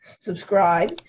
subscribe